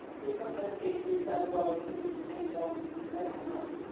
please don't hesitate to reach out as well. you can use the same form right out front.